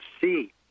see